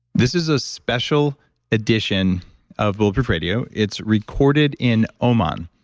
this is a special edition of bulletproof radio. it's recorded in oman.